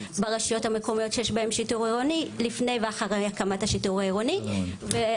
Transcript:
ברשויות המקומיות שיש בהן שיטור עירוני לפני הקמת השיטור עירוני ואחריה.